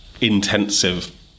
intensive